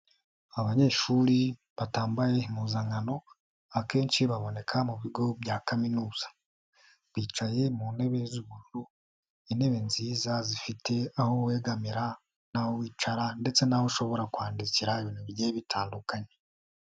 Abanyeshuri batambaye impuzankano akenshi baboneka mu bigo bya kaminuza, bicaye mu ntebe z'ubururu, intebe nziza zifite aho wegamira, n'aho wicara ndetse n'aho ushobora kwandikira ibintu bigiye bitandukanye.